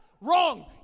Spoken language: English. wrong